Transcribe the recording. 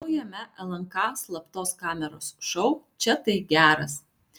naujame lnk slaptos kameros šou čia tai geras